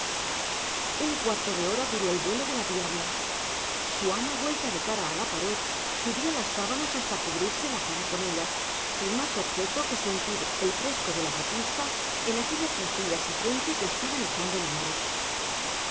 un cuarto de hora duró el vuelo de la diabla su ama vuelta de cara a la pared subía las sábanas hasta cubrirse la cara con ellas sin más objeto que sentir el fresco de la batista en aquellas mejillas y frente que estaban echando lumbre